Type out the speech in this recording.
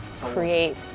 create